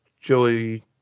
Joey